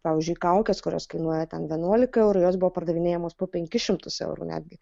pavyzdžiui kaukės kurios kainuoja ten vienuolika eurų jos buvo pardavinėjamos po penkis šimtus eurų netgi